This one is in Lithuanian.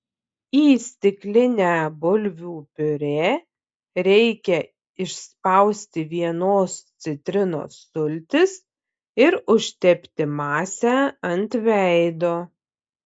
į stiklinę bulvių piurė reikia išspausti vienos citrinos sultis ir užtepti masę ant veido